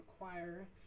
require